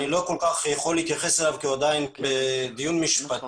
אני לא כל כך יכול להתייחס אליו כי הוא עדיין בדיון משפטי